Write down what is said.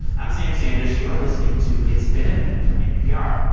i'm sam sanders. you are listening to it's been a minute from npr